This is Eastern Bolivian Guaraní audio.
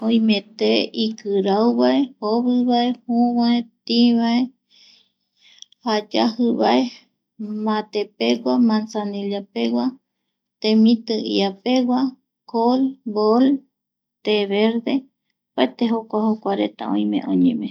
Oime te ikirauvae, jovivae, jüüvae tïvae, jayajivae, matepegua, manzanillapegua, temiti iapegua, cold, bold, te verde opaete jokua, jokuareta oime oñemee